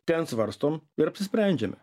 ten svarstom ir apsisprendžiame